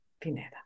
Pineda